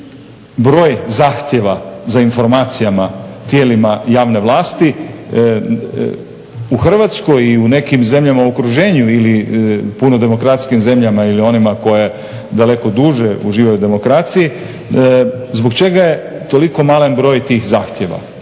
broj zahtjeva za informacijama tijelima javne vlasti, u Hrvatskoj i u nekim zemljama u okruženju ili puno demokratskijim zemljama ili onima koje daleko duže uživaju u demokraciji zbog čega je toliko malen broj tih zahtjeva?